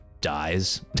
dies